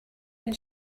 when